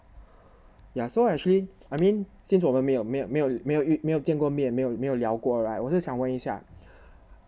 ya so actually I mean since 我们没有没有没有没有见过面没有没有聊过 right 我就想问一下